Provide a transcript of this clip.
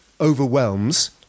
overwhelms